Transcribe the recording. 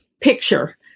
picture